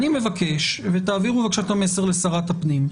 אני מבקש, ותעבירו בבקשה את המסר לשרת הפנים,